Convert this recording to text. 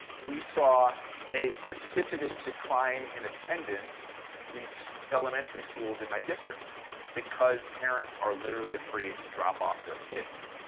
we saw a precipitous decline in attendance in so elementary schools in my district because parents are literally afraid to drop off their kids.